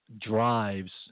drives